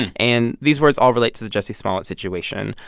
and and these words all relate to the jussie smollett situation.